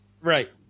Right